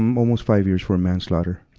um almost five years for manslaughter.